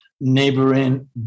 neighboring